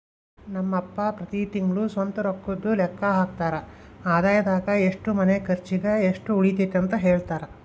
ನಮ್ ಅಪ್ಪ ಪ್ರತಿ ತಿಂಗ್ಳು ಸ್ವಂತ ರೊಕ್ಕುದ್ ಲೆಕ್ಕ ಹಾಕ್ತರ, ಆದಾಯದಾಗ ಎಷ್ಟು ಮನೆ ಕರ್ಚಿಗ್, ಎಷ್ಟು ಉಳಿತತೆಂತ ಹೆಳ್ತರ